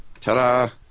Ta-da